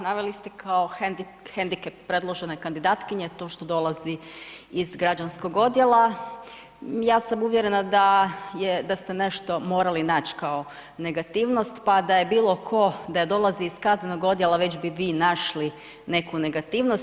Naveli ste kao hendikep predložene kandidatkinje to što dolazi iz građanskog odjela, ja sam uvjerena da ste nešto morali nać kao negativnost pa da je bilo ko, da dolazi iz kaznenog odjela već bi vi našli neku negativnost.